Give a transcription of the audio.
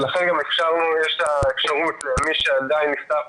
ולכן יש את האפשרות למי שעדיין לא נפתח,